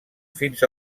fins